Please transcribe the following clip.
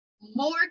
more